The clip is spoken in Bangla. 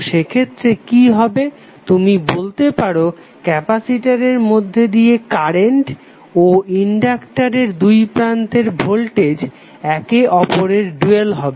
তো সেক্ষেত্রে কি হবে তুমি বলতে পারো ক্যাপাসিটারের মধ্যে দিয়ে কারেন্ট ও ইনডাক্টারের দুই প্রান্তে ভোল্টেজ একে অপেরের ডুয়াল হবে